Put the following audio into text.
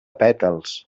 pètals